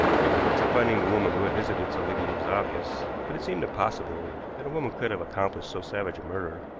the importance of finding the woman who had visited seligmann was obvious, but it seemed impossible that a woman could have accomplished so savage a murder.